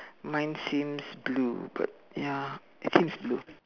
mine seems blue but ya it seems blue